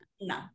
No